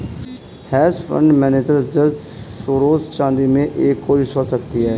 hedge fund manager George Soros चांदी में एक और विश्वास रखते हैं